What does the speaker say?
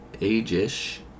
Age-ish